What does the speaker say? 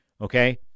okay